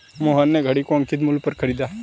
मोहन ने घड़ी को अंकित मूल्य पर खरीदा